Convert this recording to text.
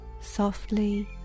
softly